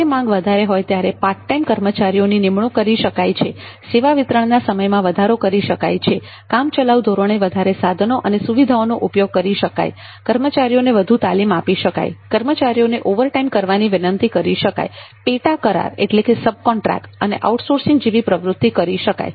જ્યારે માંગ વધારે હોય ત્યારે પાર્ટ ટાઈમ કર્મચારીઓની નિમણૂક કરી શકાય છે સેવા વિતરણ ના સમયમાં વધારો કરી શકાય કામચલાઉ ધોરણે વધારે સાધનો અને સુવિધાઓનો ઉપયોગ કરી શકાય કર્મચારીઓને વધુ તાલીમ આપી શકાય કર્મચારીઓને ઓવરટાઈમ કરવાની વિનંતી કરી શકાય પેટા કરાર સબ કોન્ટ્રાક્ટ તથા આઉટસોર્સિંગ જેવી પ્રવૃત્તિઓ કરી શકાય